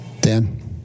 Dan